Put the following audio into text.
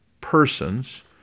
persons